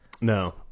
No